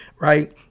right